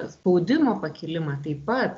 spaudimo pakilimą taip pat